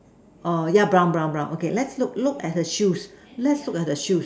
oh yeah brown brown brown okay let's look look at her shoes let's look at her shoes